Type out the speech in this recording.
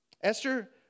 Esther